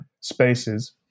spaces